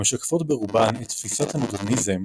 המשקפות ברובן את תפישת המודרניזם,